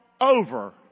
over